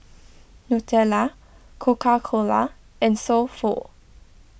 Nutella Coca Cola and So Pho